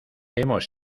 hemos